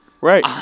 Right